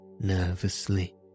nervously